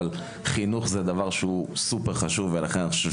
אבל חינוך זה דבר שהוא Super חשוב ולכן אני חושב